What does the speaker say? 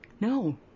no